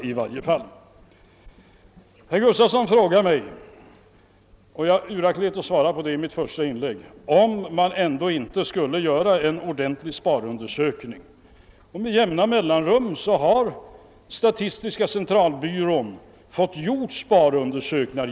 Herr Gustafson i Göteborg frågade mig — och jag uraktlät att svara på den frågan i mitt första inlägg — om man ändå inte borde göra en ordentlig sparundersökning. Med jämna mellanrum har statistiska centralbyrån fått göra sparundersökningar.